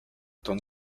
don